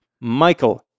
Michael